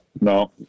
No